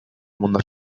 mundo